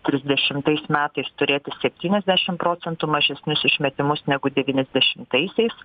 trisdešimtais metais turėti septyniasdešim procentų mažesnius išmetimus negu devyniasdešimtaisiais